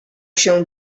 się